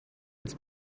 its